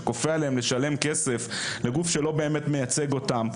שכופה עליהם לשלם כסף לגוף שלא באמת מייצג אותם.